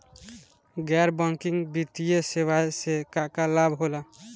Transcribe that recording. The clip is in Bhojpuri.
गैर बैंकिंग वित्तीय सेवाएं से का का लाभ होला?